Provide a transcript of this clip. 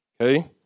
okay